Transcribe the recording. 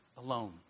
Alone